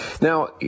Now